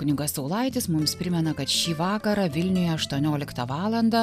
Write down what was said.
kunigas saulaitis mums primena kad šį vakarą vilniuje aštuonioliktą valandą